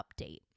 update